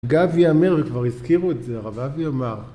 אגב יאמר, וכבר הזכירו את זה, הרב אבי אמר.